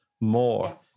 more